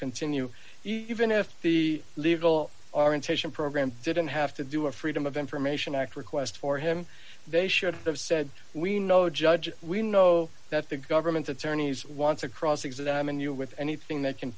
continue even if the legal aren't station program didn't have to do a freedom of information act request for him they should have said we know judge we know that the government attorneys want to cross examine you with anything that can